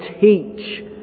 teach